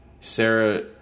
Sarah